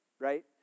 right